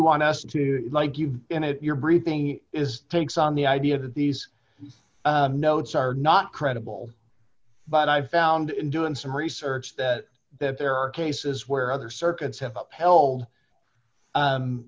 want us to like you and your breathing is takes on the idea that these notes are not credible but i've found in doing some research that that there are cases where other circuits have upheld